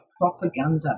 propaganda